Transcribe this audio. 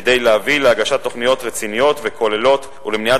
כדי להביא להגשת תוכניות רציניות וכוללות ולמניעת